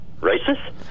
racist